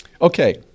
Okay